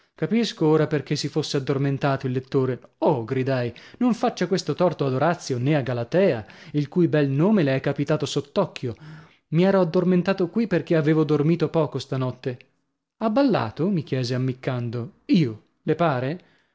capisco ora perchè si fosse addormentato il lettore oh gridai non faccia questo torto ad orazio nè a galatea il cui bel nome le è capitato sott'occhio mi ero addormentato qui perchè avevo dormito poco stanotte ha ballato mi chiese ammiccando io le pare